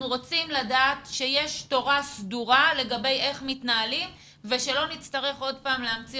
רוצים לדעת שיש תורה סדורה לגבי איך מתנהלים ושלא נצטרך עוד פעם להמציא